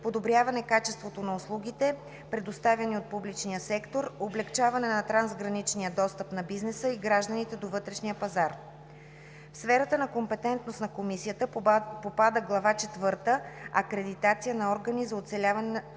подобряване качеството на услугите, предоставяни от публичния сектор; облекчаване на трансграничния достъп на бизнеса и гражданите до вътрешния пазар. В сферата на компетентност на Комисията попада Глава четвърта „Акредитация на органи за оценяване на